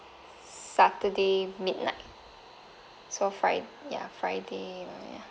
saturday midnight so fri~ ya friday